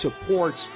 supports